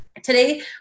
Today